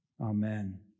Amen